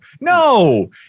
no